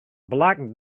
black